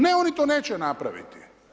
Ne, oni to neće napraviti.